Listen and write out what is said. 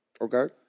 Okay